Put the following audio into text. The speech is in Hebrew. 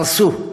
קרסו.